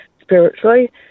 spiritually